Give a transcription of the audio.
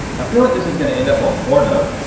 i feel like this is gonna end up on pornhub.